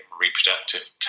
reproductive